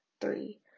three